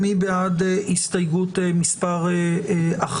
מי בעד הסתייגות מספר 1?